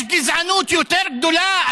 יש גזענות יותר גדולה?